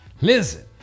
listen